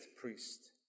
priest